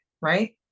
right